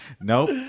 Nope